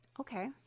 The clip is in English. Okay